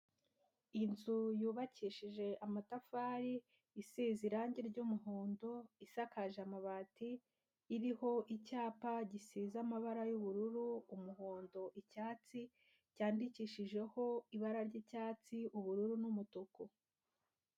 Inzu yubakishije amatafari, isize irangi ry'umuhondo, isakaje amabati, iriho icyapa gisize amabara y'ubururu, umuhondo, icyatsi, cyandikishijeho ibara ry'icyatsi ubururu n'umutuku.